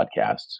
podcasts